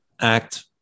act